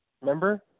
remember